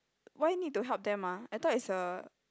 why need to help them ah I thought it's a